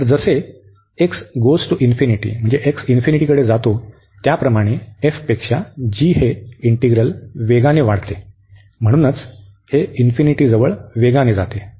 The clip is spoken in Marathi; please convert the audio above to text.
तर जसे x →∞ त्याप्रमाणे f पेक्षा g हे इंटीग्रल वेगाने वाढत आहे म्हणूनच हे इन्फिनिटी जवळ वेगाने जात आहे